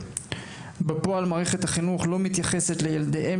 בפועל מערכת החינוך לא מתייחסת לילדיהם